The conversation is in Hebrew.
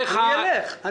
מלא ערבים ודרוזים.